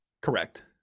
correct